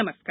नमस्कार